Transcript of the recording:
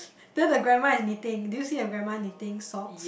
then the grandma is knitting do you see a grandma knitting sock